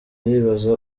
yibaza